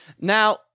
Now